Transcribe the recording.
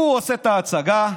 הוא עושה את ההצגה,